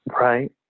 Right